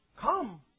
come